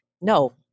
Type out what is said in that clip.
no